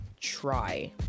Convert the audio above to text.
try